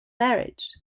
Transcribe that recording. marriage